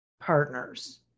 partners